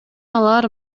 алар